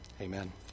Amen